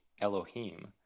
Elohim